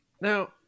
Now